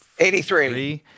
83